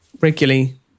regularly